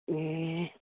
ए